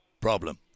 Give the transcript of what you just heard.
problem